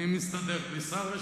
אני מסתדר בלי שר.